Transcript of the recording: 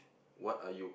what are you